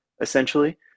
essentially